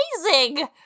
Amazing